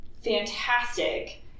Fantastic